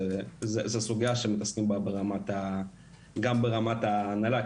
זו סוגיה שמתעסקים בה גם ברמת ההנהלה,